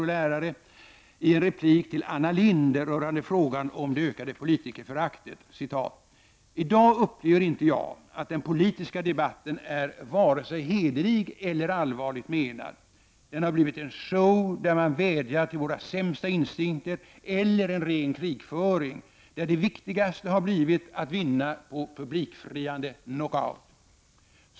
och lärare, i en replik till Anna Lindh rörande frågan om det ökande politikerföraktet: ”I dag upplever inte jag, att den politiska debatten är vare sig hederlig eller allvarligt menad. Den har blivit en show där man vädjar till våra sämsta instinkter eller en ren krigföring, där det viktigaste har blivit att vinna på publikfriande knock-out.